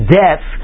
death